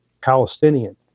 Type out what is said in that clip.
Palestinian